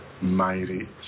mighty